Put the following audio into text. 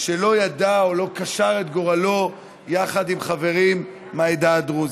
שלא ידע או לא קשר את גורלו יחד עם חברים מהעדה הדרוזית.